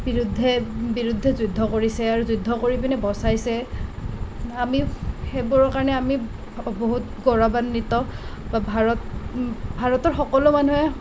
বিৰুদ্ধে বিৰুদ্ধে যুদ্ধ কৰিছে আৰু যুদ্ধ কৰি পেনে বচাইছে আমি সেইবোৰৰ কাৰণে আমি বহুত গৌৰৱান্বিত বা ভাৰত ভাৰতৰ সকলো মানুহে